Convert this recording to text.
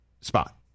spot